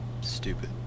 stupid